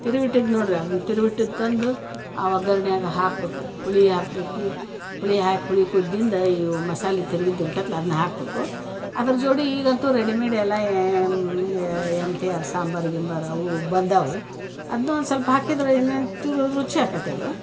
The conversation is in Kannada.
ತಿರುವಿಟ್ಟಿದ್ದು ನೋಡ್ರಿ ಅದ್ನ ತಿರುವಿಟ್ಟಿದ್ದ ತಂದು ಆ ಒಗ್ಗರ್ಣ್ಯಾಗ ಹಾಕಬೇಕು ಹುಳಿ ಹಾಕಬೇಕು ಹುಳಿ ಹಾಕಿ ಹುಳಿ ಕುದಿಂದ ಇವು ಮಸಾಲೆ ತಿರುವಿದ್ದು ಇರ್ತೇತಲ್ಲ ಅದನ್ನ ಹಾಕಬೇಕು ಅದ್ರ ಜೋಡಿ ಈಗಂತು ರೆಡಿಮೇಡ್ ಎಲ್ಲ ಎಮ್ ಟಿ ಆರ್ ಸಾಂಬಾರ್ ಗಿಂಬರ್ ಅವು ಬಂದಾವು ಅದನ್ನೂ ಒಂದು ಸೊಲ್ಪ ಹಾಕಿದ್ರ ಇನ್ನು ಒಂಚೂರು ರುಚಿ ಆಕತ್ ಅದು